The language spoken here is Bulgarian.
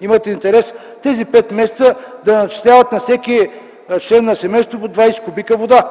имат интерес тези пет месеца да начисляват на всеки член на семейството по 20 кубика вода.